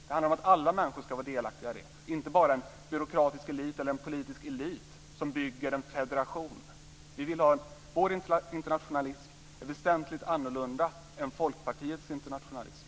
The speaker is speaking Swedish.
Det handlar om att alla människor ska vara delaktiga i det, inte bara en byråkratisk eller politisk elit som bygger en federation. Vår internationalism är väsentligt annorlunda än Folkpartiets internationalism.